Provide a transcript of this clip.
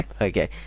Okay